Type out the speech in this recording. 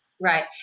Right